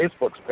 Facebook's